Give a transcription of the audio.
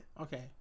Okay